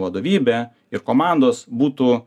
vadovybė ir komandos būtų